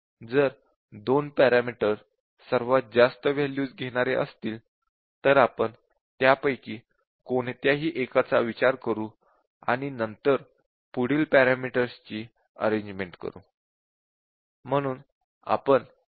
जर २ पॅरामीटर सर्वात जास्त वॅल्यूज घेणारे असतील तर आपण त्यापैकी कोणत्याही एकाचा विचार करू आणि नंतर पुढील पॅरामीटर ची अरेन्ज्मन्ट करू